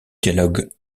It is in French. dialogues